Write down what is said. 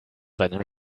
seinen